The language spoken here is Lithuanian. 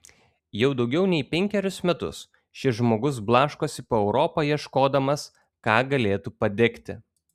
jau daugiau nei penkerius metus šis žmogus blaškosi po europą ieškodamas ką galėtų padegti